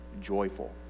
joyful